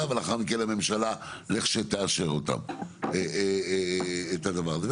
ולאחר מכן הממשלה לכשתאשר אותם את הדבר הזה.